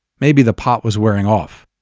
maybe the pot was wearing off.